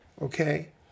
okay